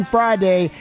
Friday